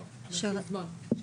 לא, על אף שהוזמן.